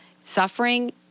suffering